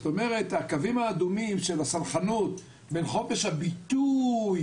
זאת אומרת הקווים האדומים של הסלחנות בין חופש הביטוי